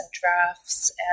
drafts